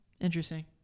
Interesting